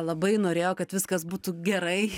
labai norėjo kad viskas būtų gerai